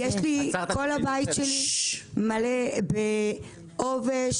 כל הבית שלה מלא עובש.